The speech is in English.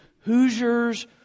Hoosiers